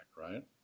right